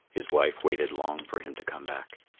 his wife waited long for him to come back.